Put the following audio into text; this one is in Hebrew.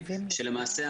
שלמעשה,